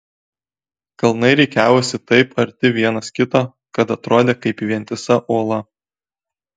kalnai rikiavosi taip arti vienas kito kad atrodė kaip vientisa uola